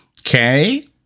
Okay